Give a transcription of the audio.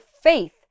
faith